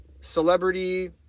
celebrity